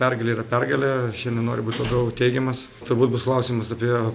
pergalė yra pergale šiandien noriu būt labiau teigiamas turbūt bus klausimas apie